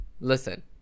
listen